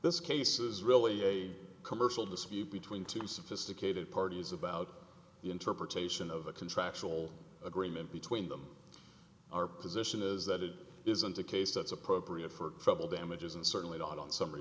this case is really a commercial dispute between two sophisticated parties about the interpretation of a contractual agreement between them our position is that it isn't a case that's appropriate for federal damages and certainly not on s